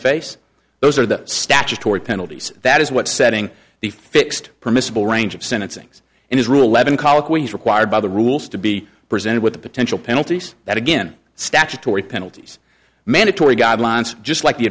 face those are the statutory penalties that is what setting the fixed permissible range of sentencings in his rule eleven colloquy is required by the rules to be presented with the potential penalties that again statutory penalties mandatory guidelines just like the